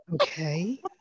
okay